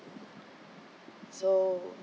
so